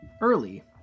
early